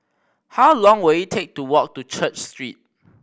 how long will it take to walk to Church Street